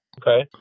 okay